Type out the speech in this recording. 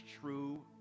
true